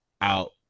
out